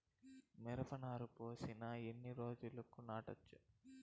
మిరప నారు పోసిన ఎన్ని రోజులకు నాటచ్చు?